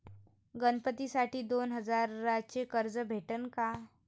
गणपतीसाठी दोन हजाराचे कर्ज भेटन का?